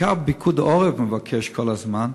ובעיקר פיקוד העורף מבקש כל הזמן,